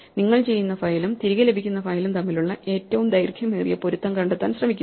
നിങ്ങൾ ചെയ്യുന്ന ഫയലും തിരികെ ലഭിക്കുന്ന ഫയലും തമ്മിലുള്ള ഏറ്റവും ദൈർഘ്യമേറിയ പൊരുത്തം കണ്ടെത്താൻ ശ്രമിക്കുന്നു